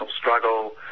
struggle